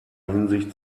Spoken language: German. hinsicht